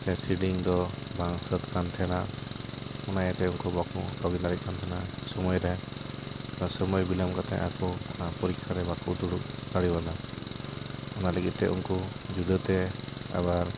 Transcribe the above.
ᱥᱮ ᱥᱮᱰᱤᱝ ᱫᱚ ᱵᱟᱝ ᱥᱟᱹᱛ ᱟᱠᱟᱱ ᱛᱟᱦᱮᱱᱟ ᱚᱱᱟ ᱤᱭᱟᱹᱛᱮ ᱩᱱᱠᱩ ᱵᱟᱠᱚ ᱞᱳᱜᱤᱱ ᱫᱟᱲᱮᱭᱟᱜ ᱠᱟᱱ ᱛᱟᱦᱮᱱᱟ ᱥᱚᱢᱚᱭ ᱨᱮ ᱚᱱᱟ ᱥᱚᱢᱚᱭ ᱵᱤᱞᱳᱢ ᱠᱟᱛᱮ ᱟᱠᱚ ᱚᱱᱟ ᱯᱚᱨᱤᱠᱷᱟ ᱨᱮ ᱵᱟᱠᱚ ᱫᱩᱲᱩᱵ ᱫᱟᱲᱮ ᱟᱫᱟ ᱚᱱᱟ ᱞᱟᱹᱜᱤᱫ ᱛᱮ ᱩᱱᱠᱩ ᱡᱩᱫᱟᱹ ᱛᱮ ᱟᱵᱟᱨ